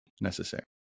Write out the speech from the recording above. necessary